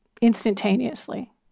instantaneously